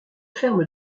ferme